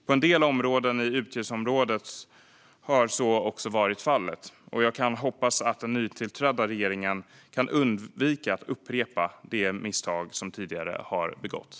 På en del områden i utgiftsområdet har så varit fallet, och jag hoppas att den nytillträdda regeringen kan undvika att upprepa de misstag som tidigare har begåtts.